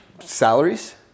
salaries